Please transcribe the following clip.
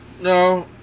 No